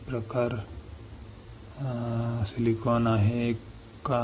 तर आपण जे पहात आहोत ते सोपे P प्रकार सिलिकॉन आहे का